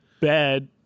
bad